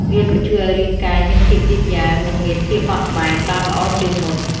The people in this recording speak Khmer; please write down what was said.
វាក៏ជួយឱ្យរាងកាយមានភាពយឺតយ៉ាវ និងមានភាពបត់បែនបានល្អជាងមុន។